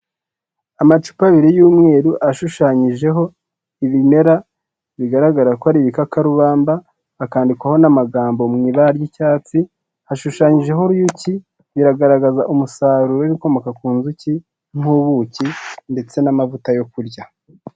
Amacupa abiri y'umweru ashushanyijeho ibimera bigaragara ko ari ibikakarubamba, hakandikwaho n'amagambo mu ibara ry'icyatsi, hashushanyijeho n'uruyuki, biragaragaza umusaruro w'ibikomoka ku nzuki, nk'ubuki ndetse n'amavuta yo kurya.